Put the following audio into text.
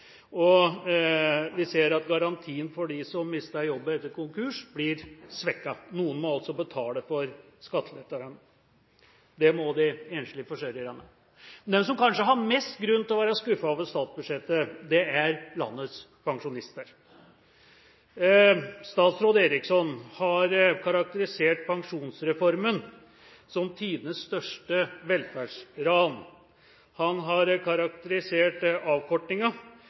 og vi ser at garantien for dem som mister jobben etter konkurs, blir svekket. Noen må altså betale for skattelettelsene. Det må de enslige forsørgerne. De som kanskje har mest grunn til å være skuffet over statsbudsjettet, er landets pensjonister. Statsråd Eriksson har karakterisert pensjonsreformen som tidenes største velferdsran. Han har karakterisert avkortinga